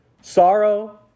Sorrow